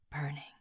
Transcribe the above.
burning